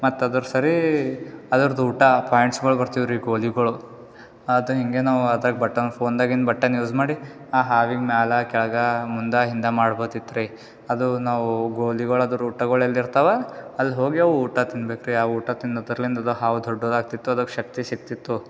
ಮತ್ತು ಅದ್ರ ಸರಿ ಅದರದೂಟ ಪಾಯಿಂಟ್ಸ್ಗಳು ಬರ್ತಿವ್ರಿ ಗೋಲಿಗಳು ಆತು ಹಿಂಗೆ ನಾವು ಅದರಾಗೆ ಬಟನ್ ಫೋನ್ನಾಗಿನ ಬಟನ್ ಯೂಸ್ ಮಾಡಿ ಆ ಹಾವಿಗೆ ಮೇಲೆ ಕೆಳ್ಗೆ ಮುಂದೆ ಹಿಂದೆ ಮಾಡ್ಬೋದಿತ್ತು ರೀ ಅದು ನಾವು ಗೋಲಿಗಳದರ ಊಟಗಳೆಲ್ಲ ಇರ್ತಾವೆ ಅಲ್ಲಿ ಹೋಗಿ ಅವು ಊಟ ತಿನ್ಬೇಕು ರೀ ಆ ಊಟ ತಿನ್ನೋದ್ರ್ಲಿಂದ ಅದು ಹಾವು ದೊಡ್ಡದಾಗ್ತಿತ್ತು ಅದಕ್ಕೆ ಶಕ್ತಿ ಸಿಗ್ತಿತ್ತು